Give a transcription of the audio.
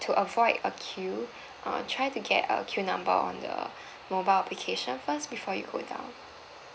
to avoid a queue uh try to get a queue number on the mobile application first before you go down